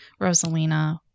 Rosalina